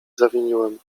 zawiniłem